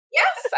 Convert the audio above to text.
yes